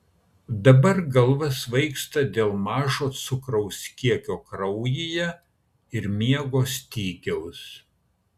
dabar galva svaigsta dėl mažo cukraus kiekio kraujyje ir miego stygiaus